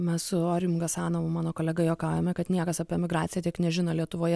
mes su orijum gasanovu mano kolega juokaujame kad niekas apie emigraciją tiek nežino lietuvoje